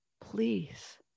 Please